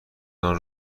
تان